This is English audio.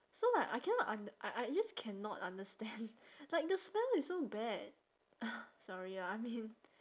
so like I cannot und~ I I just cannot understand like the smell is so bad sorry ah I mean